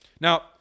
Now